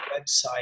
website